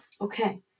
Okay